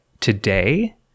today